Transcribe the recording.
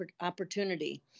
opportunity